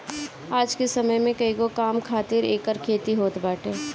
आज के समय में कईगो काम खातिर एकर खेती होत बाटे